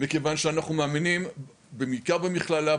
מכיוון שאנחנו מאמינים בעיקר מכללה,